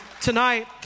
tonight